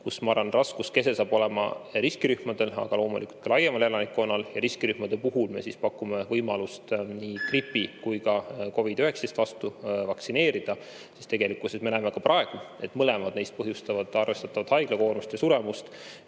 kus, ma arvan, raskuskese on riskirühmadel, aga loomulikult ka laiemal elanikkonnal. Riskirühmade puhul me pakume võimalust nii gripi kui ka COVID-19 vastu vaktsineerida, sest tegelikkuses me näeme ka praegu, et mõlemad neist põhjustavad arvestatavat haiglakoormust ja suremust.